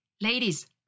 Ladies